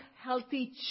healthy